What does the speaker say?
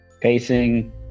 pacing